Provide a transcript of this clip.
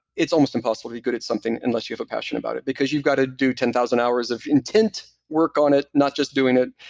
it's almost impossible to be good at something unless you have a passion about it, because you've gotta do ten thousand hours of intent work on it, not just doing it.